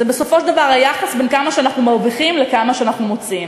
זה בסופו של דבר היחס בין כמה שאנחנו מרוויחים לכמה שאנחנו מוציאים.